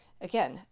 again